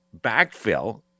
backfill